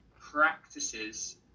practices